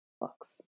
books